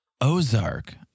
ozark